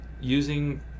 using